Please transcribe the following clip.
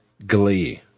Glee